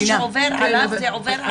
מה שעובר עליו זה עובר עליו.